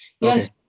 Yes